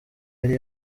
yari